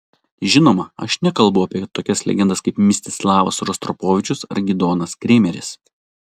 žinoma aš nekalbu apie tokias legendas kaip mstislavas rostropovičius ar gidonas kremeris